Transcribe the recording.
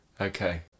okay